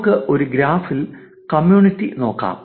നമുക്ക് ഒരു ഗ്രാഫിൽ കമ്മ്യൂണിറ്റി നോക്കാം